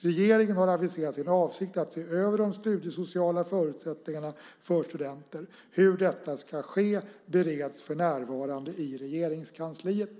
Regeringen har aviserat sin avsikt att se över de studiesociala förutsättningarna för studenter. Hur detta ska ske bereds för närvarande i Regeringskansliet.